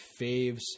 faves